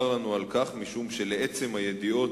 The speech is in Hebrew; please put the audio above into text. צר לנו על כך, משום שלעצם הידיעות